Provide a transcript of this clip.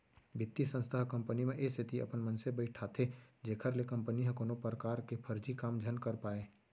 बित्तीय संस्था ह कंपनी म ए सेती अपन मनसे बइठाथे जेखर ले कंपनी ह कोनो परकार के फरजी काम झन कर पाय